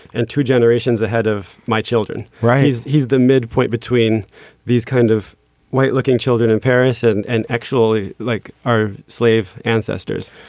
and two generations ahead of my children right. he's he's the midpoint between these kind of white looking children in paris and and actually like our slave ancestors.